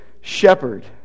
shepherd